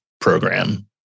program